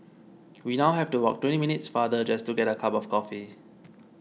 we now have to walk twenty minutes farther just to get a cup of coffee